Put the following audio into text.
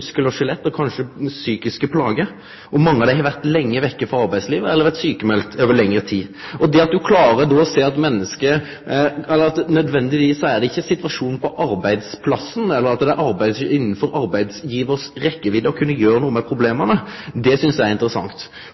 muskel- og skjelettplager og kanskje psykiske plager – og mange av dei har vore lenge vekk frå arbeidslivet eller vore sjukmelde over lengre tid. At ein då klarar å sjå at det ikkje nødvendigvis er situasjonen på arbeidsplassen eller innanfor arbeidsgivar si rekkjevidd å kunne gjere noko med problema, synest eg er interessant.